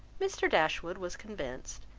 mr. dashwood was convinced.